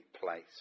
place